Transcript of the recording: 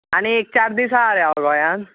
आनीक एक चार दीस आसा रे हांव गोंयान